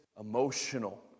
emotional